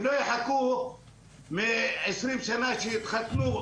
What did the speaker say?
הם לא יחכו עשרים שנה כשיתחתנו,